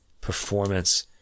performance